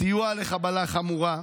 סיוע לחבלה חמורה,